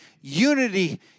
Unity